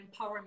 empowerment